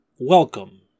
Welcome